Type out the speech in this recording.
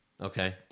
Okay